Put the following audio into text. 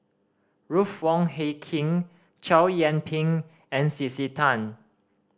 Ruth Wong Hie King Chow Yian Ping and C C Tan